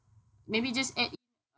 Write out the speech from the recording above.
maybe just add